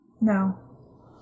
No